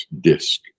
disc